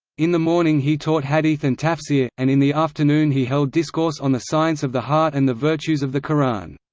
in the morning he taught hadith and tafsir, and in the afternoon he held discourse on the science of the heart and the virtues of the quran.